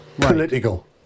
Political